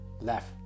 Left